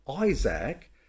Isaac